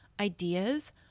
ideas